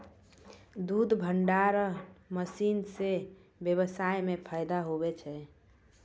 दुध भंडारण मशीन से व्यबसाय मे फैदा हुवै छै